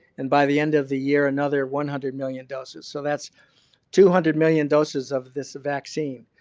and by the end of the year, another one hundred million doses. so that's two hundred million doses of this vaccine,